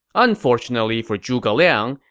unfortunately for zhuge liang,